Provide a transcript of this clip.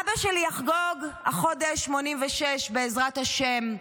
אבא שלי יחגוג החודש 86, בעזרת השם.